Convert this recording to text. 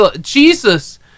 Jesus